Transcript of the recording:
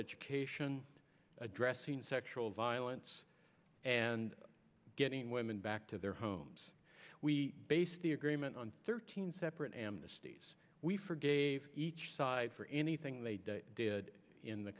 education addressing sexual violence and getting women back to their homes we base the agreement on thirteen separate amnesties we forgave each side for anything they did in the